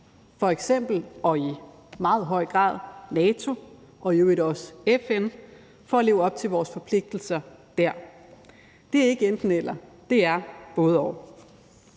f.eks. og i meget høj grad NATO og i øvrigt også FN for at leve op til vores forpligtelser der. Det er ikke enten-eller, det er både-og.